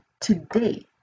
today